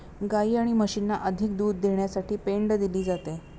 गायी आणि म्हशींना अधिक दूध देण्यासाठी पेंड दिली जाते